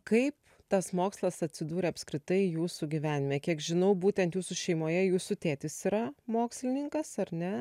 kaip tas mokslas atsidūrė apskritai jūsų gyvenime kiek žinau būtent jūsų šeimoje jūsų tėtis yra mokslininkas ar ne